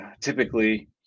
typically